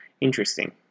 Interesting